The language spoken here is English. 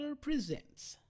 Presents